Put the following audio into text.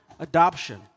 adoption